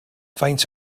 faint